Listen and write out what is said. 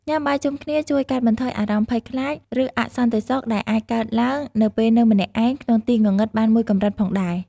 ញាំបាយជុំគ្នាជួយកាត់បន្ថយអារម្មណ៍ភ័យខ្លាច ឬអសន្តិសុខដែលអាចកើតឡើងនៅពេលនៅម្នាក់ឯងក្នុងទីងងឹតបានមួយកម្រិតផងដែរ ។